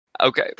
Okay